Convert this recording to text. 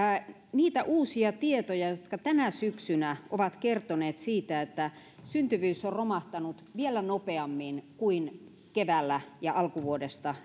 niitä uusia tietoja jotka tänä syksynä ovat kertoneet siitä että syntyvyys on romahtanut vielä nopeammin kuin keväällä ja alkuvuodesta